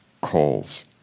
calls